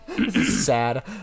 Sad